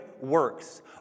works